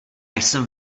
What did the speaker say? jsem